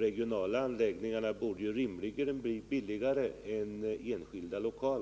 Regionala anläggningar borde ju rimligen bli billigare än lokala.